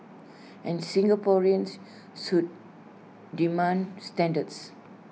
and Singaporeans should demand standards